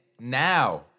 Now